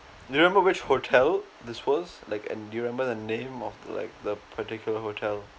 you remember which hotel this was like and do you remember the name of the like the particular hotel